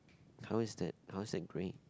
how is that how is that grey